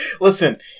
Listen